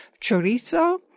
Chorizo